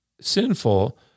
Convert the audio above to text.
sinful